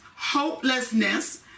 Hopelessness